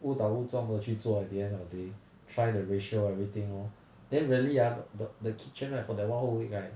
误打误撞地去做 at the end of the day try the ratio everything lor then really ah the the the kitchen right for that one whole week right